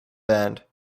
band